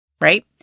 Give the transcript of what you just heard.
Right